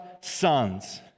sons